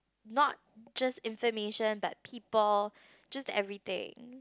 not just information but people just everything